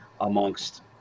amongst